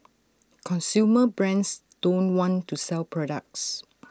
consumer brands don't want to sell products